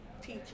teach